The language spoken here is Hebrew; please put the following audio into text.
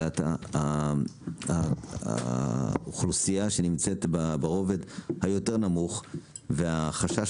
אלא את האוכלוסייה שנמצאת ברובד היותר נמוך והחשש